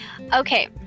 Okay